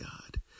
God